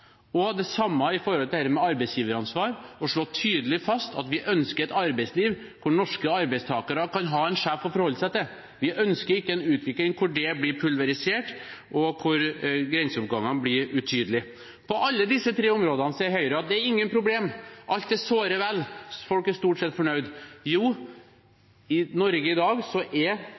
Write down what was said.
Det samme gjelder dette med arbeidsgiveransvar: å slå tydelig fast at vi ønsker et arbeidsliv hvor norske arbeidstakere kan ha en sjef å forholde seg til. Vi ønsker ikke en utvikling hvor dette blir pulverisert, og hvor grenseoppgangene blir utydelige. På alle disse tre områdene sier Høyre at det er ingen problemer, alt er såre vel, folk er stort sett fornøyd. Ja, på arbeidsplassene i Norge i dag er